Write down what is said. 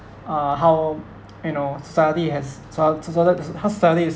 uh how you know study has start started to how study is